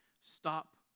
Stop